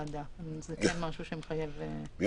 אלא אם איתרע מזלו של מישהו והוא נשאר 14 יום --- לא,